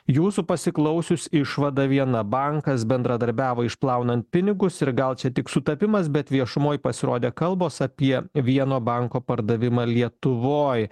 jūsų pasiklausius išvada viena bankas bendradarbiavo išplaunant pinigus ir gal čia tik sutapimas bet viešumoj pasirodė kalbos apie vieno banko pardavimą lietuvoj